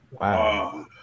wow